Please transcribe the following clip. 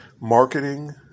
marketing